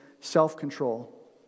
self-control